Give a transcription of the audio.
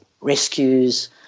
rescues